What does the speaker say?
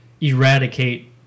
eradicate